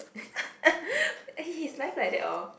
his life like that orh